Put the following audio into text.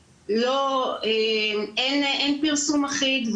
אין פרסום אחיד,